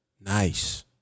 Nice